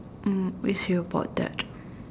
um we'll see about that